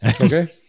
Okay